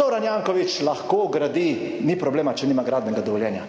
Zoran Janković lahko gradi, ni problema, če nima gradbenega dovoljenja.